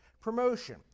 promotion